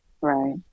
right